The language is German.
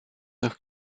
noch